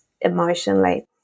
emotionally